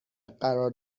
قرار